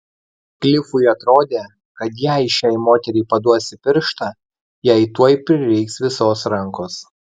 klifui atrodė kad jei šiai moteriai paduosi pirštą jai tuoj prireiks visos rankos